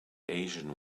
asian